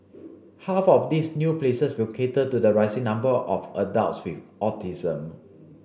half of these new places will cater to the rising number of adults with autism